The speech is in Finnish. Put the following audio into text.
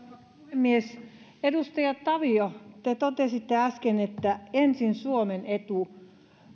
puhemies edustaja tavio te totesitte äsken että ensin suomen etu